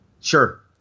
Sure